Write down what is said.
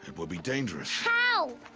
it would be dangerous. how?